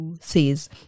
says